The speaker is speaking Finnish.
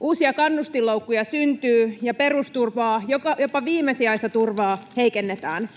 Uusia kannustinloukkuja syntyy ja perusturvaa, jopa viimesijaista turvaa, heikennetään.